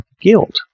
guilt